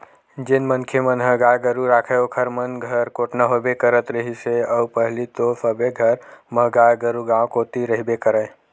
जेन मनखे मन ह गाय गरु राखय ओखर मन घर कोटना होबे करत रिहिस हे अउ पहिली तो सबे घर म गाय गरु गाँव कोती रहिबे करय